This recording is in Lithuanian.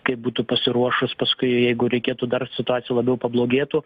kaip būtų pasiruošus paskui jeigu reikėtų dar situacija labiau pablogėtų